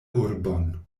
urbon